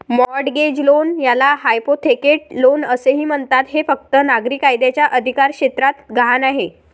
mortgage loan, ज्याला hypothecate loan असेही म्हणतात, हे फक्त नागरी कायद्याच्या अधिकारक्षेत्रात गहाण आहे